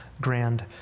grand